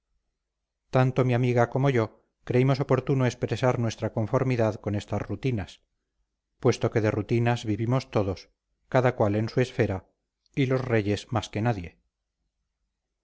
tanto mi amiga como yo creímos oportuno expresar nuestra conformidad con estas rutinas puesto que de rutinas vivimos todos cada cual en su esfera y los reyes más que nadie